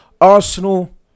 Arsenal